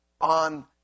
on